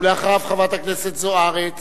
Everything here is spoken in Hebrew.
אחריו, חברת הכנסת זוארץ.